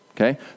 okay